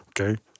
okay